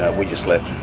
ah we just left,